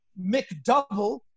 McDouble